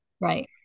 Right